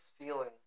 feeling